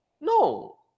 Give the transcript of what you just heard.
no